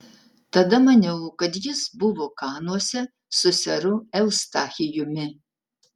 tada maniau kad jis buvo kanuose su seru eustachijumi